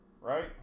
Right